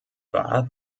war